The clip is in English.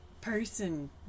person